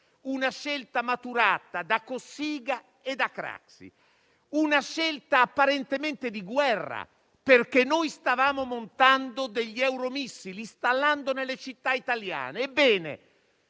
Una scelta maturata da Cossiga e da Craxi; una scelta apparentemente di guerra, perché stavamo installando gli euromissili nelle città italiane. Ebbene,